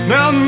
Now